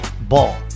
Ball